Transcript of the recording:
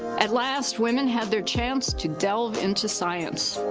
at last, women had their chance to delve into science.